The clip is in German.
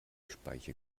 speiche